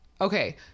okay